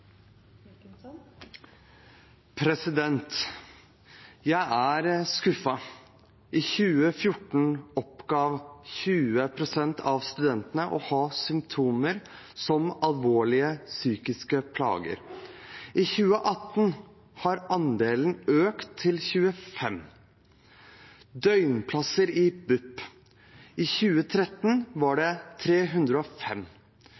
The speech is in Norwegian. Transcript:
I 2014 oppga 20 pst. av studentene å ha symptomer på alvorlige psykiske plager. I 2018 hadde andelen økt til 25 pst. I 2013 var det 305 døgnplasser i BUP, i 2018 var